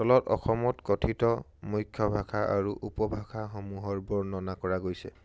তলত অসমত কথিত মুখ্য ভাষা আৰু উপভাষাসমূহৰ বৰ্ণনা কৰা গৈছে